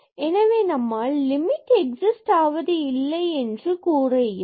எனவே நம்மால் லிமிட் என்பது எக்ஸிஸ்ட் ஆவது இல்லை என்று கூற இயலும்